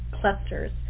clusters